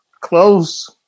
close